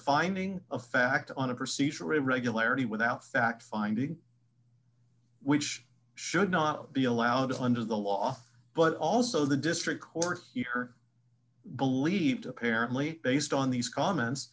finding of fact on a procedural irregularity without fact finding which should not be allowed under the law but also the district court here believed apparently based on these comments